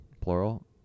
plural